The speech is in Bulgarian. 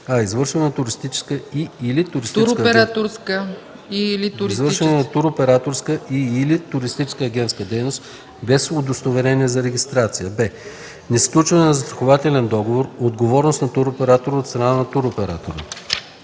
а) извършване на туроператорска и/или туристическа агентска дейност без удостоверение за регистрация; б) несключване на застрахователен договор „Отговорност на туроператора” от страна на туроператора;